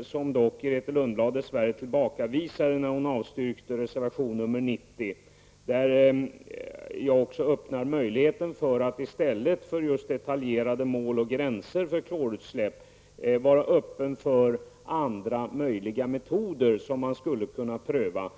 som Grethe Lundblad dess värre tillbakavisade då hon avstyrkte reservation 90. I stället för just detaljerade mål och gränser för klorutsläpp är jag där öppen för andra tänkbara metoder som skulle kunna prövas.